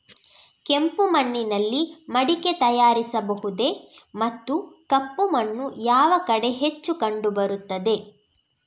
ಕೆಂಪು ಮಣ್ಣಿನಲ್ಲಿ ಮಡಿಕೆ ತಯಾರಿಸಬಹುದೇ ಮತ್ತು ಕಪ್ಪು ಮಣ್ಣು ಯಾವ ಕಡೆ ಹೆಚ್ಚು ಕಂಡುಬರುತ್ತದೆ?